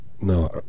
No